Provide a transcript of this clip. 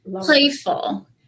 playful